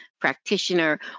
practitioner